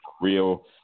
real